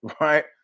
right